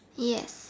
yes